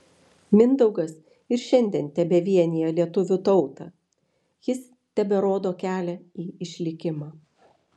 mindaugas ir šiandien tebevienija lietuvių tautą jis teberodo kelią į išlikimą